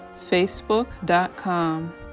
facebook.com